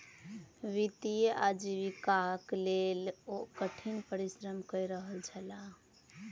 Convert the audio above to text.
वित्तीय आजीविकाक लेल ओ कठिन परिश्रम कय रहल छलाह